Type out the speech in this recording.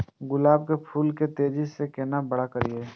गुलाब के फूल के तेजी से केना बड़ा करिए?